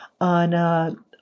on